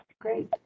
great